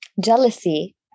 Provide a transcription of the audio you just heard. jealousy